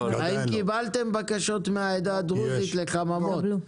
האם קיבלתם מהעדה הדרוזית בקשות לחממות?